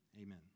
Amen